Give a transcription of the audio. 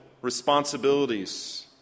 responsibilities